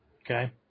okay